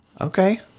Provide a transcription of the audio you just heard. Okay